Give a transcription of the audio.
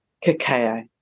cacao